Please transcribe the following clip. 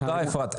תודה אפרת.